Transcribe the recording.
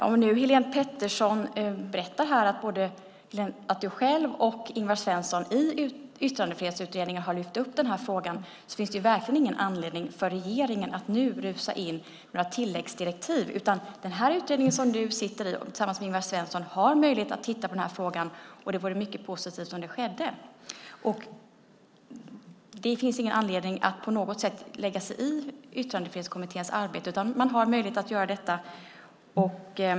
Herr talman! Helene Petersson berättar att både hon själv och Ingvar Svensson har lyft upp den här frågan i Yttrandefrihetskommittén. Då finns det verkligen inte anledning för regeringen att nu rusa in med några tilläggsdirektiv. Den utredning som hon sitter i tillsammans med Ingvar Svensson har möjlighet att titta på den här frågan. Det vore mycket positivt om det skedde. Det finns ingen anledning att på något sätt lägga sig i Yttrandefrihetskommitténs arbete. Man har möjlighet att göra detta.